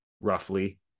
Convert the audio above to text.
Roughly